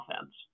offense